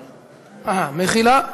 מחילה.